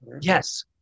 yes